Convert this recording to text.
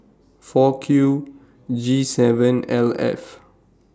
four Q G seven L F